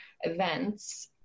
events